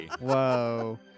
Whoa